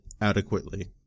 adequately